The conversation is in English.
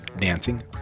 dancing